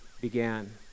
began